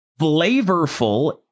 flavorful